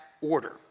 order